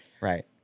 right